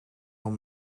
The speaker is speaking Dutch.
van